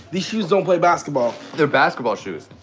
these shoes don't play basketball they're basketball shoes.